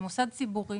ציבורי